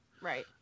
right